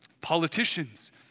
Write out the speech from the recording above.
Politicians